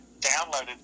downloaded